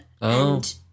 and-